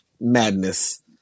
madness